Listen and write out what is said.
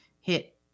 hit